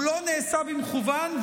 והוא לא נעשה במכוון,